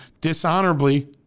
dishonorably